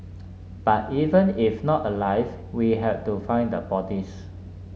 but even if not alive we had to find the bodies